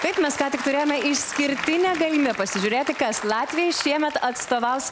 taip mes ką tik turėjome išskirtinę galimybę pasižiūrėti kas latvijai šiemet atstovaus